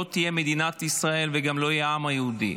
לא תהיה מדינת ישראל וגם לא יהיה העם היהודי.